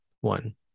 one